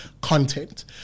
content